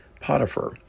Potiphar